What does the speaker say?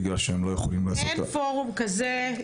בגלל שהם לא יכולים --- אין פורום כזה.